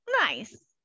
Nice